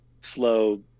slow